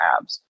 abs